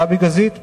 גבי גזית,